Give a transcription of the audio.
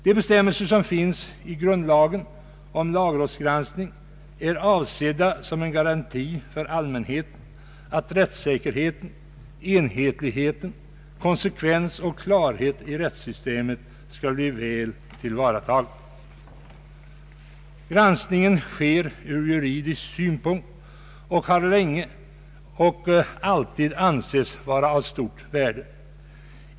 De bestämmelser som finns i grundlagen om lagrådsgranskning är avsedda som en garanti för allmänheten att rättssäkerheten, enhetligheten, konsekvensen och klarheten i rättssystemet skall bli väl tillvaratagna. Granskningen sker från juridisk synpunkt och har alltid ansetts vara av stort värde.